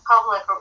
public